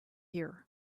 here